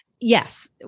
yes